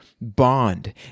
bond